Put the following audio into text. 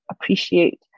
appreciate